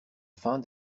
fin